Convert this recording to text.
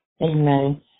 Amen